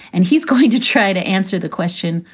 and he's going to try to answer the question,